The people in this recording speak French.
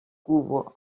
couvre